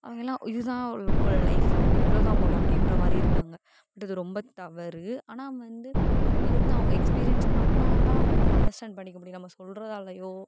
அவங்களாம் இது தான் ஒல லைஃப்பு இவ்ளோ தான் போல் அப்படின்ற மாதிரி இருக்காங்க அப்படின்றது ரொம்ப தவறு ஆனா வந்து இதை வந்து அவங்க எக்ஸ்பிரியன்ஸ் பண்ணால் தான் வந்து அண்டர்ஸ்டாண்ட் பண்ணிக்க முடியும் நம்ம சொல்லுறதாலயோ